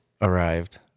arrived